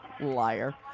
Liar